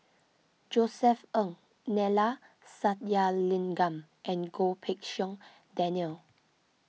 Josef Ng Neila Sathyalingam and Goh Pei Siong Daniel